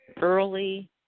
early